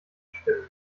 bestimmen